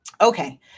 Okay